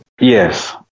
Yes